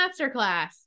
masterclass